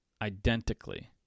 Identically